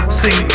sing